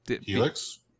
Helix